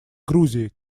грузии